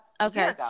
okay